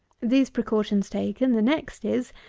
these precautions taken, the next is,